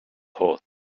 pot